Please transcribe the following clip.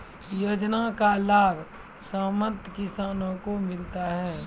योजना का लाभ सीमांत किसानों को मिलता हैं?